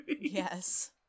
Yes